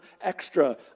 extra